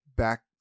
Back